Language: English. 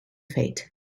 fate